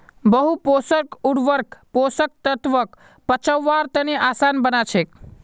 बहु पोषक उर्वरक पोषक तत्वक पचव्वार तने आसान बना छेक